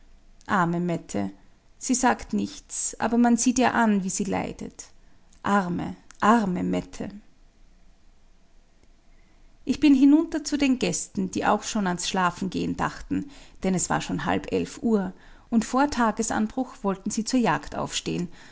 arme mette sie sagt nichts aber man sieht ihr an was sie leidet arme arme mette ich bin hinunter zu den gästen die auch schon ans schlafengehen dachten denn es war schon halb elf uhr und vor tagesanbruch wollten sie zur jagd aufstehen